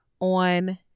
on